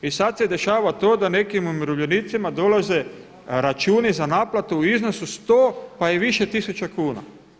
I sada se dešava to da nekim umirovljenicima dolaze računi za naplatu u iznosu 100 pa i više tisuća kuna.